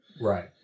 Right